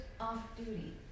off-duty